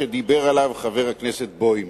כמו שדיבר חבר הכנסת בוים.